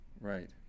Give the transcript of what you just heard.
Right